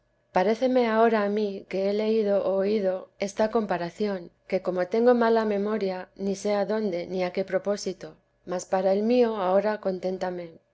paréceme ahora a mí que he leído u oído esta teresa de jesús comparación que como tengo mala memoria ni sé adonde ni a qué propósito mas para el mío ahora conténtame